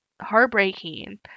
heartbreaking